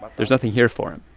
but there's nothing here for him.